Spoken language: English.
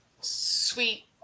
sweet